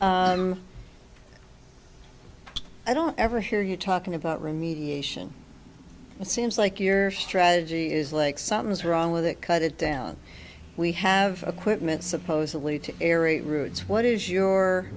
about i don't ever hear you talking about remediation it seems like you're strategy is like something's wrong with it cut it down we have a quick minute supposedly to aerate roots what is your